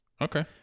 Okay